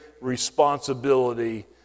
responsibility